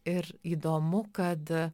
ir įdomu kad